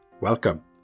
Welcome